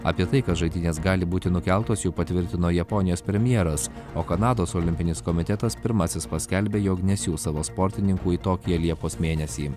apie tai kad žaidynės gali būti nukeltos jau patvirtino japonijos premjeras o kanados olimpinis komitetas pirmasis paskelbė jog nesiųs savo sportininkų į tokiją liepos mėnesį